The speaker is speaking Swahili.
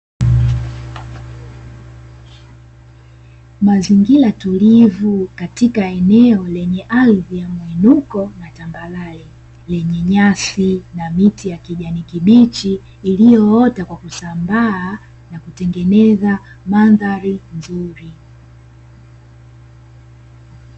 Mazingira tulivu katika eneo lenye ardhi ya muinuko na tambarare, yenye nyasi na miti ya kijani kibichi iliyoota kwa kusambaa na kutengeneza mandhari nzuri.